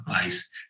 place